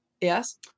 Yes